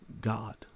god